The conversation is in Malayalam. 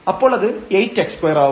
അപ്പോൾ അത് 8 x2 ആവും